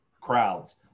crowds